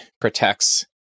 protects